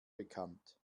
bekannt